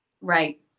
Right